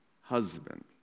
husband